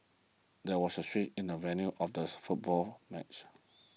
there was a switch in the venue of this football match